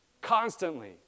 constantly